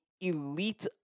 elite